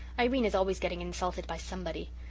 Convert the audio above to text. irene is always getting insulted by somebody.